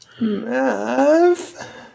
Math